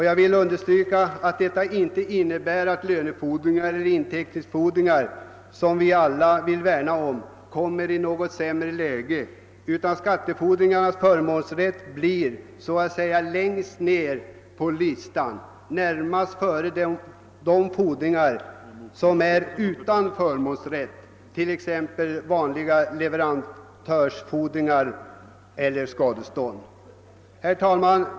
Jag vill understryka att detta inte innebär att lönefordringar eller inteckningsfordringar, som vi alla vill värna om, kommer i något sämre läge, utan skattefordringarnas förmånsrätt kommer så att säga att stå längst ner på listan före de fordringar som är utan förmånsrätt, t.ex. vanliga leverantörsfordringar eller skadestånd. Herr talman!